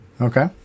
okay